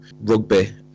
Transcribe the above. rugby